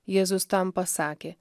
jėzus tam pasakė